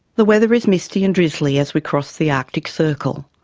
the weather is misty and drizzly as we cross the arctic circle.